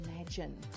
imagine